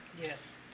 Yes